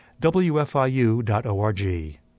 wfiu.org